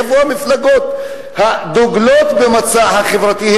איפה המפלגות הדוגלות במצע החברתי?